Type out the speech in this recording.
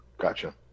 Gotcha